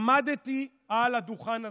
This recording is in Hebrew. עמדתי על הדוכן הזה,